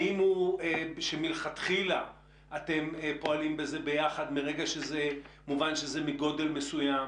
האם מלכתחילה אתם פועלים ביחד ברגע שמתברר היקף הנזק,